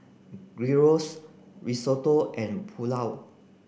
Gyros Risotto and Pulao